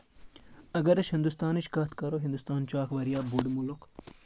اگر أسۍ ہِندوستانٕچ کتھ کرو ہِندوستان چھُ اکھ واریاہ بوٚڑ مُلک